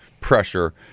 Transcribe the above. pressure